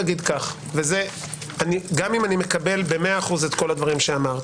גם אם אני מקבל במאה אחוז את כל הדברים שאמרת,